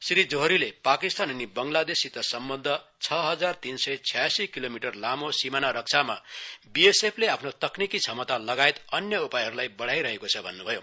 श्री जोहरीले पाकिस्तान अनि बङ्गलादेशसित सम्बद्ध छ हजार तीन सय छ्यासी किलोमिटर लामो सिमानारक्षामा बीएसएफले आफ्नो तकनिकी क्षमता लगायत अन्य उपायहरूलाई बढाईरहेको छ भन्न् भयो